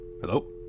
hello